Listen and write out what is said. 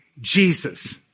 Jesus